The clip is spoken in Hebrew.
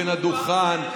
בין הדוכן,